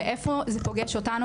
ואיפה זה פוגש אותנו,